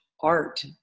art